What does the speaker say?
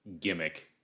gimmick